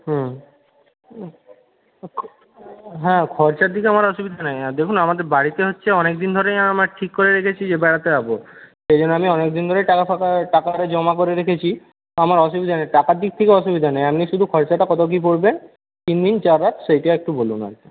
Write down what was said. হুম হ্যাঁ খরচা দিতে আমার অসুবিধা নেই আর দেখুন আমাদের বাড়িতে হচ্ছে অনেক দিন ধরেই আমরা ঠিক করে রেখেছি যে বেড়াতে যাব এই জন্য আমি অনেক দিন ধরেই টাকা ফাকা টাকা আরে জমা করে রেখেছি আমার অসুবিধা নেই টাকার দিক থেকে অসুবিধা নেই আপনি শুধু খরচাটা কত কী পড়বে তিন দিন চার রাত সেইটা একটু বলুন আর কি